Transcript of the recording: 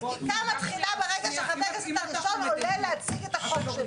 החקיקה מתחילה ברגע שחבר הכנסת הראשון עולה להציג את החוק שלו.